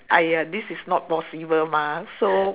!aiya! this is not possible mah so